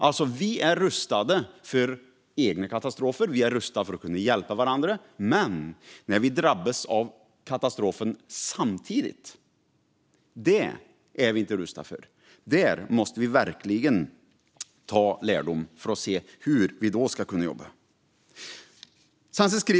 Vi är alltså rustade för egna katastrofer och för att hjälpa varandra, men vi är inte rustade för om vi drabbas samtidigt. Här måste vi dra lärdom för att se hur vi ska jobba i ett sådant läge.